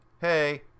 Hey